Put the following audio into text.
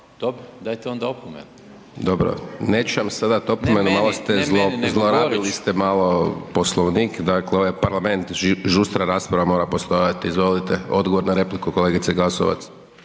Ne meni, ne meni, nego Boriću./... malo ste zlorabili ste malo Poslovnik dakle ovo je parlament, žustra rasprava mora postojati, izvolite, odgovor na repliku kolegice Glasovac.